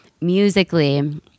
musically